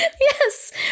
Yes